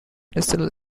initial